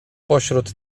pośród